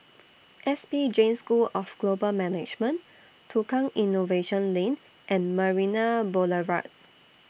S P Jain School of Global Management Tukang Innovation Lane and Marina Boulevard